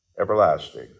everlasting